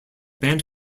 band